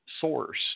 source